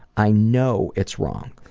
i know it's wrong.